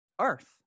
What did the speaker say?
Earth